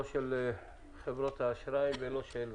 לא של חברות האשראי ולא של ---.